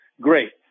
great